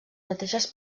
mateixes